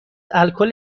الکل